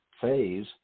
phase